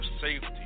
safety